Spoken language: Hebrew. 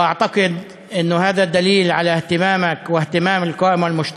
ואני חושב שזו ראיה לכך שאתה והרשימה המשותפת